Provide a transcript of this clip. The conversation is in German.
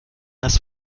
das